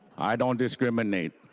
i don't discriminate.